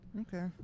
Okay